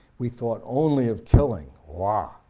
we thought only of killing. wah! ah